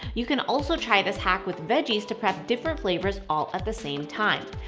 you can also try this hack with veggies to prep different flavors all at the same time.